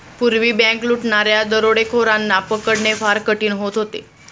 पूर्वी बँक लुटणाऱ्या दरोडेखोरांना पकडणे फार कठीण होत होते